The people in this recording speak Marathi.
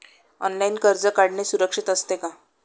ऑनलाइन कर्ज काढणे सुरक्षित असते का?